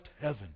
heaven